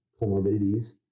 comorbidities